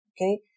Okay